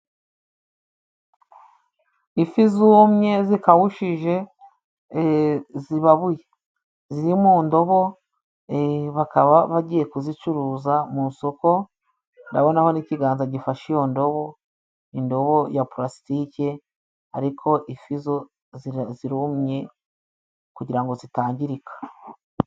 Amafi yumye akawushije ababuye ari mu ndobo. Bakaba bagiye kuyacuruza mu isoko, ndabonaho n'ikiganza gifashe iyo ndobo, indobo ya pulasitike ariko amafi yo arumye kugira ngo atangirika.